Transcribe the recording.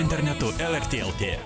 internetu lrt lt